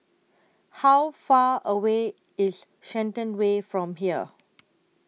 How Far away IS Shenton Way from here